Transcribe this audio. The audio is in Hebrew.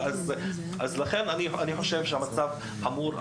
אז לכן אני חושב שזה מצב חמור.